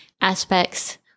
aspects